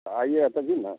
आइएआ तभी ना